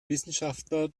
wissenschaftler